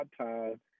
time